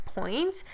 point